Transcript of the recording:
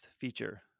feature